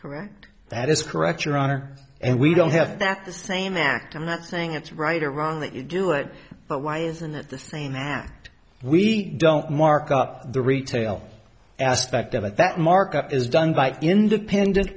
correct that is correct your honor and we don't have that the same act i'm not saying it's right or wrong that you do it but why isn't that the same act we don't mark up the retail aspect of it that markup is done by independent